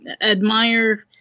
admire